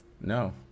No